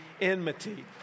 enmity